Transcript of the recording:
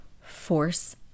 force